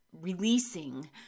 releasing